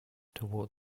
toward